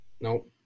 Nope